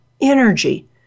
energy